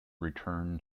return